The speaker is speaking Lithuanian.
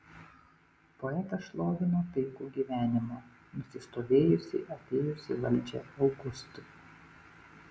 poetas šlovino taikų gyvenimą nusistovėjusį atėjus į valdžią augustui